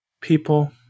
people